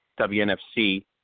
WNFC